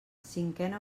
cinquena